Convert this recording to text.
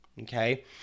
okay